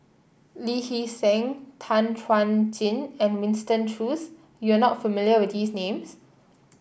Lee Hee Seng Tan Chuan Jin and Winston Choos you are not familiar with these names